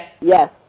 Yes